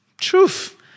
Truth